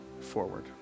forward